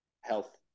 health